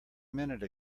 minute